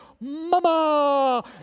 Mama